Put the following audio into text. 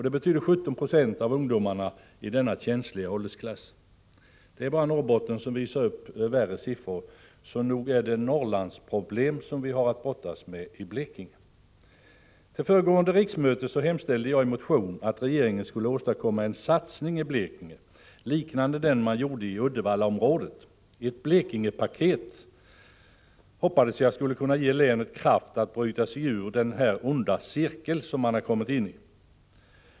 Det betyder 17 Jo av ungdomarna i denna känsliga åldersklass. Det är bara Norrbotten som visar upp värre siffror. Så nog är det ”Norrlandsproblem” vi har att brottas med i Blekinge. Herr talman! Till föregående riksmöte hemställde jag i en motion att regeringen skulle åstadkomma en satsning i Blekinge liknande den man gjorde i Uddevallaområdet — ett ”Blekingepaket” hoppades jag skulle kunna ge länet kraft att bryta sig ur den onda cirkel man kommit in i.